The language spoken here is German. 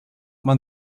man